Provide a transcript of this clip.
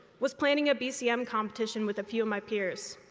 was planning a bcm competition with a few of my peers,